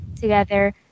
Together